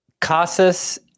Casas